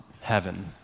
heaven